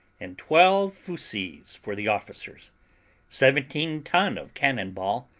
and twelve fuzees for the officers seventeen ton of cannon-ball,